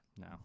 no